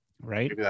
right